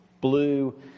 blue